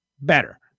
better